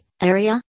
area